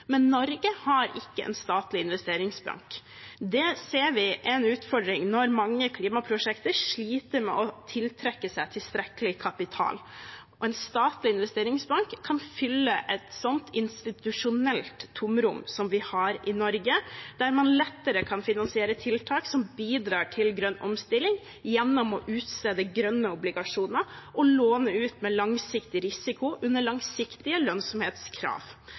Men Norge har ikke en statlig investeringsbank. Det ser vi er en utfordring når mange klimaprosjekter sliter med å tiltrekke seg tilstrekkelig kapital. En statlig investeringsbank kan fylle et sånt institusjonelt tomrom som vi har i Norge, der man lettere kan finansiere tiltak som bidrar til grønn omstilling gjennom å utstede grønne obligasjoner og låne ut med langsiktig risiko under langsiktige lønnsomhetskrav.